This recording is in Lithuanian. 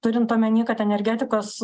turint omeny kad energetikos